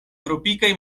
tropikaj